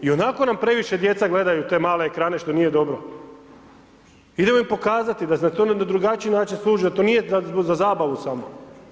I onako nam previše djeca gledaju te male ekrane što nije dobro, idemo im pokazati da za to na drugačiji način služe, da to nije za zabavu samo.